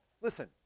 listen